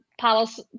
palace